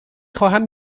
خواهم